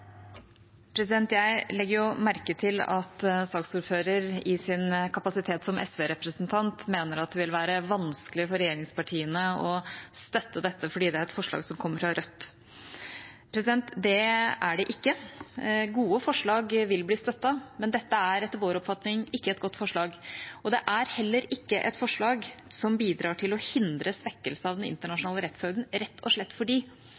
seg. Jeg legger merke til at saksordføreren i sin kapasitet som SV-representant mener at det vil være vanskelig for regjeringspartiene å støtte dette fordi det er et forslag som kommer fra Rødt. Det er det ikke, gode forslag vil bli støttet. Men dette er etter vår oppfatning ikke et godt forslag, og det er heller ikke et forslag som bidrar til å hindre svekkelse av den internasjonale rettsordenen, rett og slett